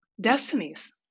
destinies